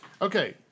Okay